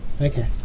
Okay